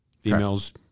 Females